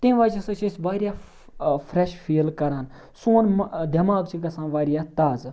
تمہِ وجہ سۭتۍ چھِ أسۍ واریاہ فرٛٮ۪ش فیٖل کَران سون دٮ۪ماغ چھِ گژھان واریاہ تازٕ